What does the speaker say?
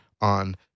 on